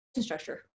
structure